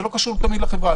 זה לא קשור תמיד לחברה,